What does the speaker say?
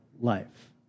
life